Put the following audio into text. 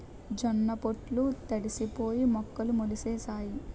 జొన్న పొట్లు తడిసిపోయి మొక్కలు మొలిసేసాయి